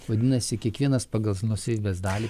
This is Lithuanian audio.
vadinasi kiekvienas pagal nuosavybės dalį